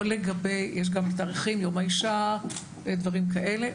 יש גם תאריכים כמו יום האישה ודברים כאלה,